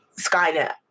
Skynet